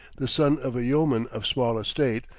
the son of a yeoman of small estate,